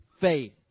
faith